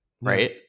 Right